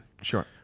Sure